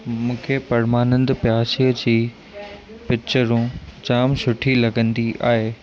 मूंखे परमानंद प्यासीअ जी पिच्चरूं जाम सुठी लॻंदी आहे